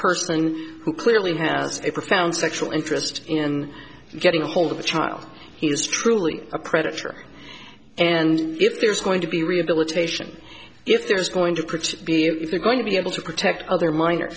person who clearly has a profound sexual interest in getting a hold of a child he is truly a predator and if there's going to be rehabilitation if there's going to preach be if you're going to be able to protect other minor